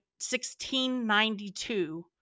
1692